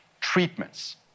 treatments